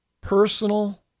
personal